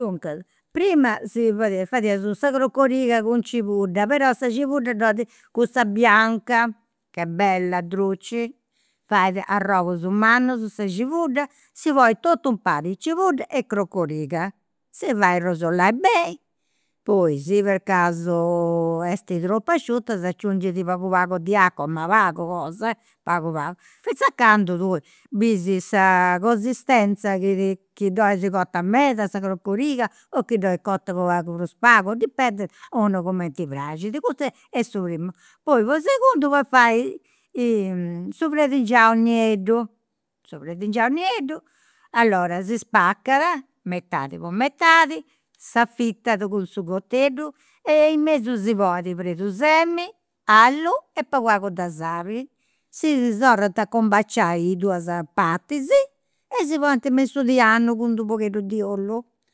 Duncas, prima si fadiat, fadeus sa crocoriga cun cibudda, però sa cibudda dd'olit cussa bianca chi est bella druci, fait arrogus mannus sa cibudda, si ponit totu impari, cibudda e crocoriga, si fait rosolai beni, poi, si per casu est tropu asciuta s'aciungit pagu pagu di acua, ma pagu cosa pagu pagu, finzas a candu tui bisi sa consistenza chi ti, chi dd'olis cota meda sa crocoriga o chi cota pagu pagu prus pagu, dipendit unu cumenti praxit. Custu est su primu, poi po segundu podis fai su perdingianu nieddu, su perdingianu nieddu, allora si spacat, metadi po metadi, s'afitat cun su e in mesu si ponit perdusemini, allu e pagu pagu de sali. Si torrant a combaciai i duas partis e si ponint me in su tianu cun d'u' pagheddu di ollu